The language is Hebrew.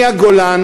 מהגולן